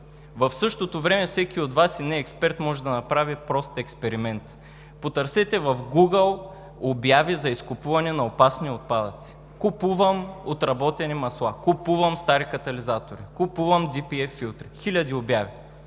В същото време всеки от Вас и не-експерт може да направи прост експеримент. Потърсете в Гугъл обяви за изкупуване на опасни отпадъци: купувам отработени масла, купувам стари катализатори, купувам DPF филтри – хиляди обяви.